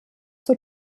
zur